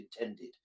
intended